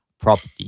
Property